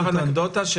אני חייב לומר אנקדוטה,